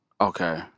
Okay